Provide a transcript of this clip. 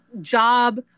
job